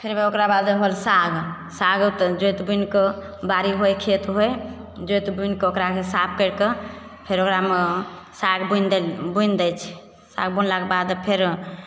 फेर ओकराबाद रहल साग सागो तऽ जोति बुनिकऽ बाड़ी होइ खेत होइ जोति बुनिकऽ ओकराके साफ करिकऽ फेर ओकरामे साग बुनि देलि बुनि दै छियै साग बुनलाके बाद फेर